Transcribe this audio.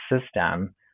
system